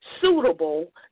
suitable